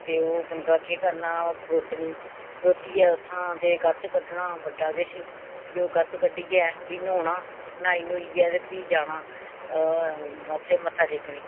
ते ओह् गंगा केह् करना ओह् खरोतनी खरोतियै उत्थें ते गत्त कड्ढना बड्डा किश फ्ही ओह् गत्त कड्ढियै फ्ही न्हौना न्हाई नुईऐ ते फ्ही जाना उत्थें मत्था टेकने गी